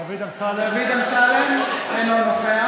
דוד אמסלם, אינו נוכח